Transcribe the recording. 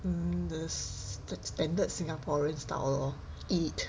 um the standard singaporean style lor eat